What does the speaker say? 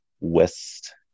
west